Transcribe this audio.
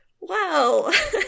wow